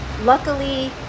luckily